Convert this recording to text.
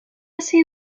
see